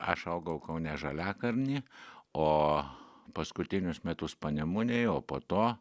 aš augau kaune žaliakalny o paskutinius metus panemunėj o po to